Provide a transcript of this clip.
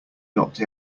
locked